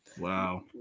Wow